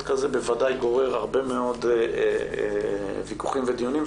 כזה בוודאי גורר הרבה מאוד ויכוחים ודיונים,